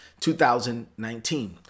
2019